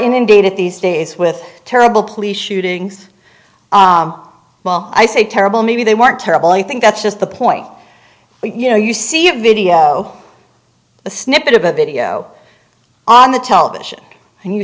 inundated these days with terrible police shootings well i say terrible maybe they weren't terrible i think that's just the point you know you see a video a snippet of a video on the television and you